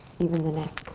even the neck.